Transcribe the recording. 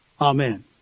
Amen